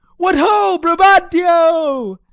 what, ho, brabantio!